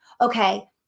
okay